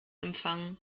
empfang